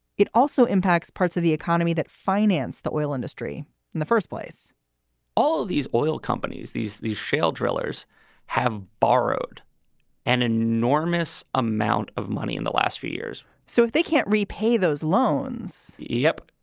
it also impacts parts of the economy that finance the oil industry in the first place all of these oil companies, these these shale drillers have borrowed an enormous amount of money in the last few years so if they can't repay those loans yep.